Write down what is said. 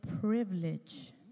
privilege